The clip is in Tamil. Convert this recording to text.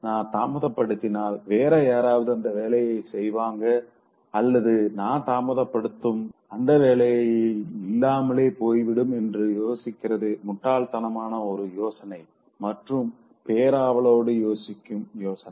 நா தாமதப்படுத்தினால் வேற யாராவது அந்த வேலைய செய்வாங்க அல்லது நா தாமதப்படுத்தும் அந்த வேலை இல்லாமலேயே போய்விடும் என்று யோசிக்கிறது முட்டாள்தனமான ஒரு யோசனை மற்றும் பேராவளோடு யோசிக்கும் யோசனை